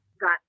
got